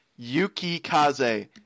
Yukikaze